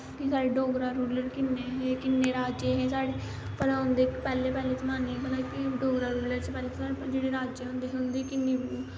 कि साढ़े डोगरा रूलर किन्ने हे किन्ने राजे हे साढ़े भला उंदे पैह्ले पैह्ले जमाने च भला डोगरा रूलर च जेह्ड़े राजे होंदे हे उंदी किन्नी